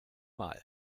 wahl